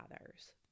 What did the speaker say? others